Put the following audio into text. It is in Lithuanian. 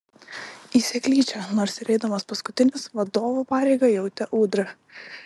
į seklyčią nors ir eidamas paskutinis vadovo pareigą jautė ūdra